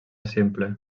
simple